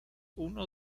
uno